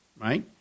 right